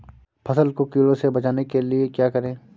फसल को कीड़ों से बचाने के लिए क्या करें?